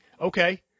okay